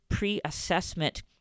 pre-assessment